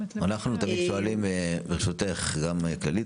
אנחנו תמיד שואלים גם כללית,